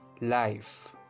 life